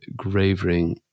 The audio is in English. Gravering